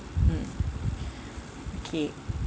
mm okay